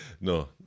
No